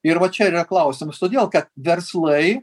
ir va čia yra klausimus todėl kad verslai